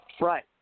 Right